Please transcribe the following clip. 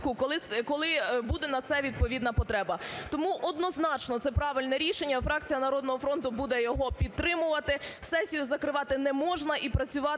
коли буде на це відповідна потреба. Тому однозначно це правильне рішення. Фракція "Народного фронту" буде його підтримувати. Сесію закривати не можна. І працювати